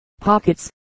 pockets